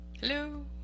Hello